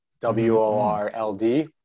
w-o-r-l-d